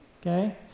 Okay